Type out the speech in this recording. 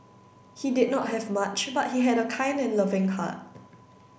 he did not have much but he had a kind and loving heart